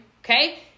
Okay